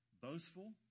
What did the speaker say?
boastful